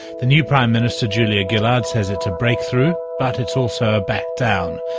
the new prime minister, julia gillard, says it's a breakthrough but it's also a back down.